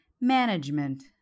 Management